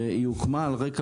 והיא הוקמה על רקע